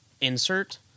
insert